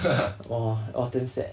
!wah! I was damn sad